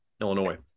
Illinois